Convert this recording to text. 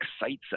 excites